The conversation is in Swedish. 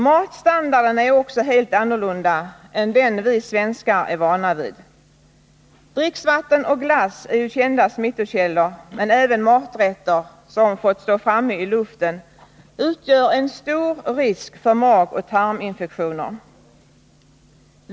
Matstandarden är också helt annorlunda än den vi svenskar är vana vid. Dricksvatten och glass är kända smittkällor, men även maträtter som fått stå framme i luften utgör en stor risk för magoch tarminfektioner.